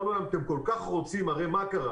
בזמנו הצענו להם הרי מה קרה